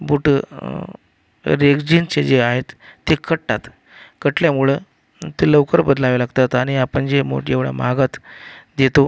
बूट रेग्झिनचे जे आहेत ते कटतात कटल्यामुळं ते लवकर बदलावे लागतात आणि आपण जे मोठे एवढ्या महागात देतो